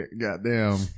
Goddamn